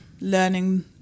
learning